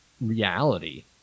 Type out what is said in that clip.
reality